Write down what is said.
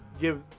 give